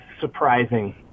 surprising